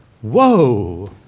Whoa